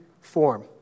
form